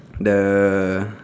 the